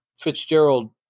Fitzgerald